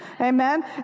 amen